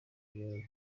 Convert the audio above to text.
kwezi